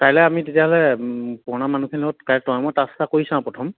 কাইলে আমি তেতিয়াহ'লে পুৰণা মানুহখিনিৰ লগত ডাইৰেক্ট তই মই টাচ এটা কৰি চাওঁ আৰু প্ৰথম